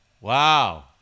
Wow